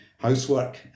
housework